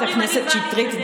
חברת הכנסת שטרית,